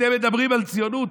אתם מדברים על ציונות?